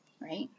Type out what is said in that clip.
right